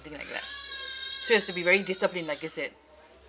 something like that so it has to be very disciplined like I said